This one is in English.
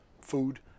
food